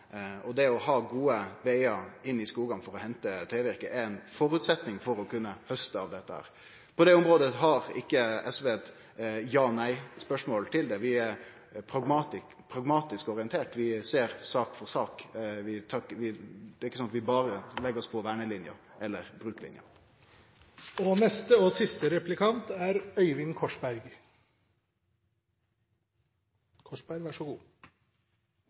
nett. Det å ha gode vegar inn i skogen for å hente trevirke er ein føresetnad for å kunne hauste av dette. På det området har ikkje SV eit ja-svar eller eit nei-svar. Vi er pragmatisk orienterte. Vi ser sak for sak. Det er ikkje slik at vi legg oss berre på vernelinja eller